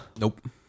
Nope